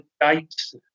dates